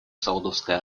саудовской